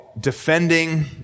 Defending